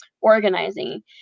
organizing